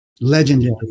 legendary